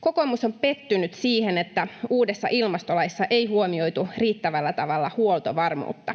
Kokoomus on pettynyt siihen, että uudessa ilmastolaissa ei huomioitu riittävällä tavalla huoltovarmuutta.